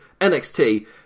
NXT